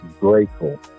grateful